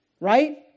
Right